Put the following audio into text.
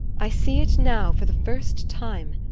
i see it now for the first time.